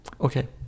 Okay